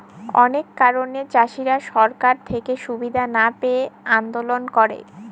অনেক কারণে চাষীরা সরকার থেকে সুবিধা না পেয়ে আন্দোলন করে